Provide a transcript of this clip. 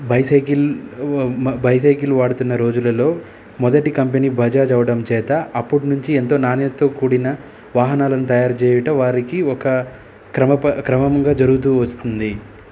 bicycle bicycle వాడుతున్న రోజులలో మొదటి కంపెనీ బజాజ్ అవ్వడం చేత అప్పటినుంచి ఎంతో నాణ్యతతో కూడిన వాహనాలను తయారు చేయట వారికి ఒక క్రమ క్రమంగా జరుగుతూ వస్తుంది